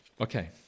Okay